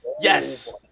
Yes